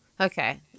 Okay